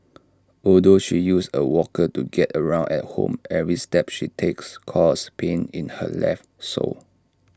although she uses A walker to get around at home every step she takes causes pain in her left sole